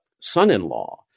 son-in-law